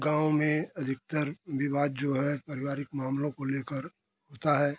गाँव में अधिकतर विवाद जो है परिवारिक मामलों को लेकर होता है